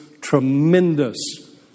Tremendous